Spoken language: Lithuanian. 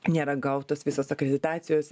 nėra gautos visos akreditacijos